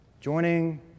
joining